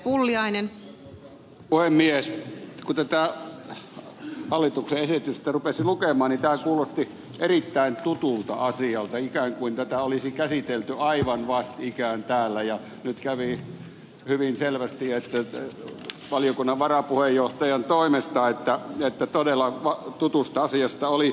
kun tätä hallituksen esitystä rupesin lukemaan niin tämä kuulosti erittäin tutulta asialta ikään kuin tätä olisi käsitelty aivan vastikään täällä ja nyt kävi hyvin selvästi esille valiokunnan varapuheenjohtajan toimesta että todella tutusta asiasta oli kyse